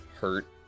hurt